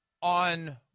on